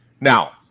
Now